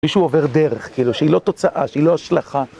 מישהו עובר דרך, כאילו, שהיא לא תוצאה, שהיא לא השלכה.